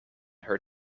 her